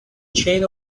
chain